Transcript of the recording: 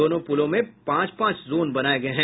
दोनों पूलों में पांच पांच जोन बनाये गये हैं